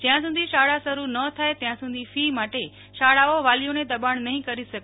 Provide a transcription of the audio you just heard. જ્યાં સુધી શાળા શરૂ ન થાય ત્યાં સુધી ફી માટે શાળાઓ વાલીઓને દબાણ નહીં કરી શકે